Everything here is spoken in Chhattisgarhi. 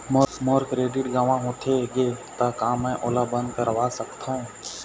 मोर क्रेडिट गंवा होथे गे ता का मैं ओला बंद करवा सकथों?